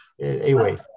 anyway-